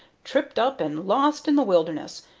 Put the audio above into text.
tripped up and lost in the wilderness,